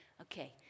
Okay